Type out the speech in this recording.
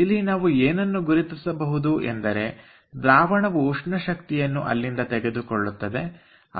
ಇಲ್ಲಿ ನಾವು ಏನನ್ನು ಗುರುತಿಸಬಹುದು ಎಂದರೆ ದ್ರಾವಣವು ಉಷ್ಣಶಕ್ತಿಯನ್ನು ಎಲ್ಲಿಂದ ತೆಗೆದುಕೊಳ್ಳುತ್ತದೆ